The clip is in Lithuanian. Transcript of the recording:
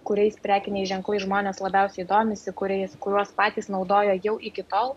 kuriais prekiniai ženklai žmonės labiausiai domisi kuriais kuriuos patys naudojo jau iki tol